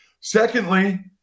Secondly